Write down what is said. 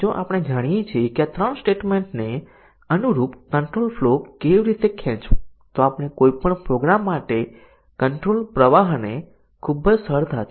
તેથી ટેસ્ટીંગ ના કિસ્સાઓ આવા હોવા જોઈએ કે કન્ડિશન અભિવ્યક્તિની દરેક એટોમિક કન્ડિશન ડીસીઝન ના પરિણામને સ્વતંત્ર રીતે અસર કરશે